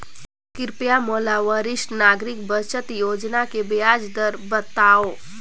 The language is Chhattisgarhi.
कृपया मोला वरिष्ठ नागरिक बचत योजना के ब्याज दर बतावव